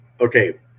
Okay